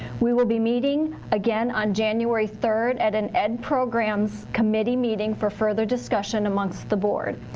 we will be meeting again on january third, at an ed. programs committee meeting for further discussion amongst the board.